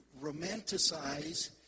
romanticize